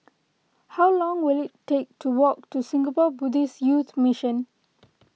how long will it take to walk to Singapore Buddhist Youth Mission